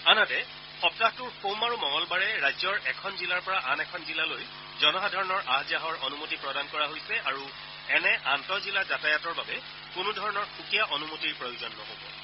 আনহাতে সপ্তাহটোৰ সোম আৰু মঙলবাৰে ৰাজ্যৰ এখন জিলাৰ পৰা আন এখন জিলালৈ জনসাধাৰণৰ আহ যাহৰ অনুমতি প্ৰদান কৰা হৈছে আৰু এনে আন্তঃজিলা যাতায়তৰ বাবে কোনো ধৰণৰ সুকীয়া অনুমতি প্ৰয়োজন নহ'ব